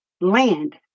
land